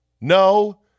No